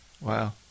wow